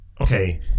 okay